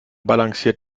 balanciert